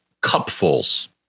cupfuls